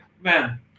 man